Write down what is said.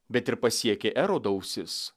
bet ir pasiekė erodo ausis